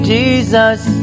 Jesus